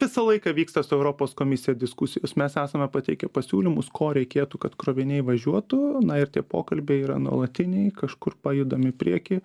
visą laiką vyksta su europos komisija diskusijos mes esame pateikę pasiūlymus ko reikėtų kad kroviniai važiuotų na ir tie pokalbiai yra nuolatiniai kažkur pajudam į priekį